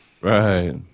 Right